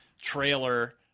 Trailer